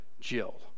Jill